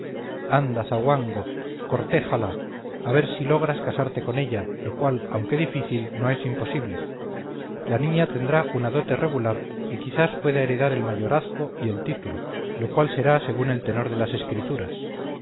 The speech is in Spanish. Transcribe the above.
amabas tú anda zanguango cortéjala a ver si logras casarte con ella lo cual aunque difícil no es imposible la niña tendrá una dote regular y quizás pueda heredar el mayorazgo y el título lo cual será según el tenor de las escrituras